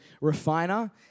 Refiner